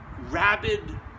rabid